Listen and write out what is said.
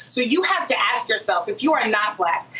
so you have to ask yourself, if you are not black,